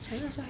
China also have